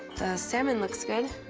salmon looks good.